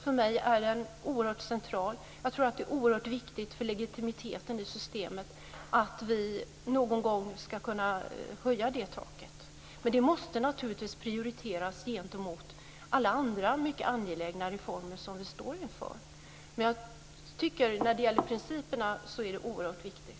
För mig är den oerhört central. Jag tror att det är oerhört viktigt för legitimiteten i systemet att vi någon gång ska kunna höja det taket. Men det måste naturligtvis prioriteras gentemot alla andra mycket angelägna reformer som vi står inför. Men när det gäller principerna är detta oerhört viktigt.